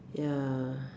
ya